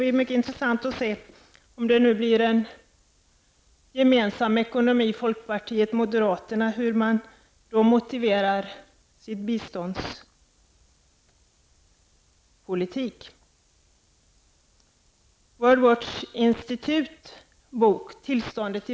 Om nu folkpartiet och moderaterna skall ha en gemensam ekonomisk politik, skall det bli mycket intressant att se hur deras biståndspolitik kommer att utformas.